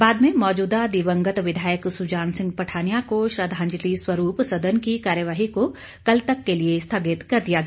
बाद में मौजूदा दिवंगत विधायक सुजान सिंह पठानिया को श्रद्वाजंलि स्वरूप सदन की कार्यवाही को कल तक के लिए स्थगित कर दिया गया